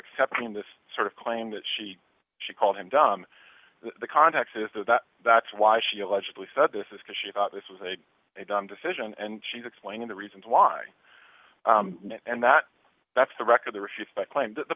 accepting this sort of claim that she she called him dumb the context is there that that's why she allegedly said this is because she thought this was a dumb decision and she's explaining the reasons why and that that's the record to refute my claim that the